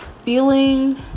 feeling